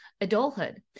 adulthood